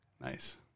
Nice